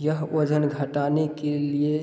यह वजन घटाने के लिए